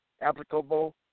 applicable